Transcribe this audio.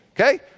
okay